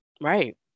right